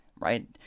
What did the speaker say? right